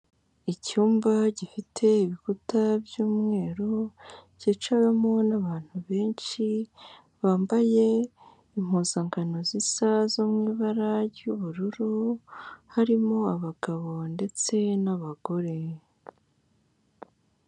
Icyumba gifite ibikuta by'umweru cyicawemo n'abantu benshi bambaye impuzankano zisa zo mu ibara ry'ubururu, harimo abagabo ndetse n'abagore.